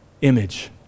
image